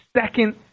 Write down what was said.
second